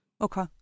Okay